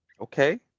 Okay